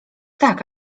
tak